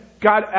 God